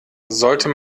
sollte